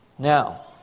Now